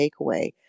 takeaway